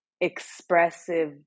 expressive